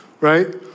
right